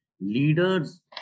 leaders